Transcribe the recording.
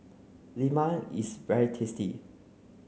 Lemang is very tasty